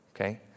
okay